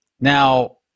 Now